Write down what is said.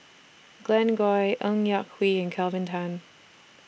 Glen Goei Ng Yak Whee and Kelvin Tan